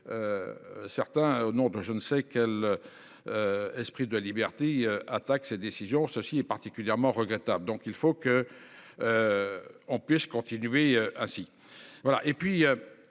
Certains, au nom de je ne sais quel. Esprit de liberté attaque ses décisions. Ceci est particulièrement regrettable. Donc il faut qu'. On puisse continuer ainsi.